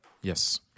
Yes